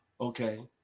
Okay